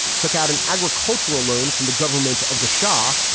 took out an agricultural loan from the government of the shah.